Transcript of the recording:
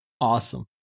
awesome